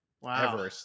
Wow